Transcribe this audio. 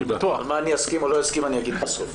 עם מה אני אסכים או לא אסכים, אני אגיד בסוף.